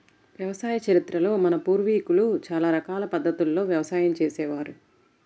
వ్యవసాయ చరిత్రలో మన పూర్వీకులు చాలా రకాల పద్ధతుల్లో వ్యవసాయం చేసే వారు